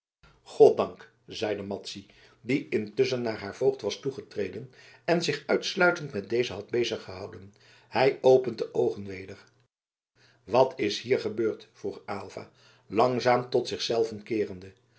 goddank zeide madzy die intusschen naar haar voogd was toegetreden en zich uitsluitend met dezen had bezig gehouden hij opent de oogen weder wat is hier gebeurd vroeg aylva langzaam tot zich zelven keerende